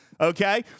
Okay